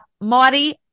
Marty